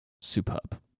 superb